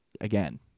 again